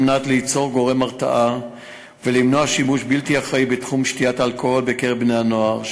כדי ליצור הרתעה ולמנוע שימוש בלתי אחראי באלכוהול בקרב הנוער,